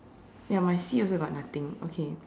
ya my sea also got nothing okay